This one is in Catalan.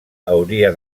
hauria